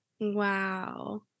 Wow